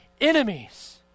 enemies